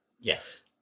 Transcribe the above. Yes